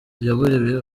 yaburiwe